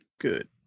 Good